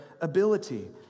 ability